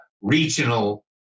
regional